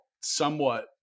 somewhat